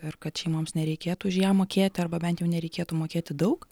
ir kad šeimoms nereikėtų už ją mokėti arba bent jau nereikėtų mokėti daug